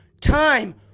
time